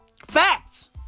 Facts